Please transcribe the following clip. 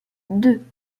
deux